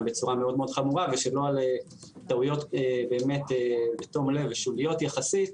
בצורה מאוד מאוד חמורה ולא על טעויות בתום לב ושוליות יחסית,